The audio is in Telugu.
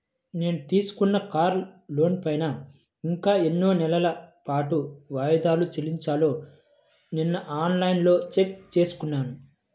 నేను తీసుకున్న కారు లోనుపైన ఇంకా ఎన్ని నెలల పాటు వాయిదాలు చెల్లించాలో నిన్నఆన్ లైన్లో చెక్ చేసుకున్నాను